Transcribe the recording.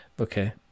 Okay